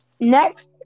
next